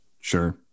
sure